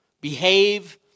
behave